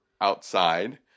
outside